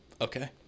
okay